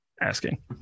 asking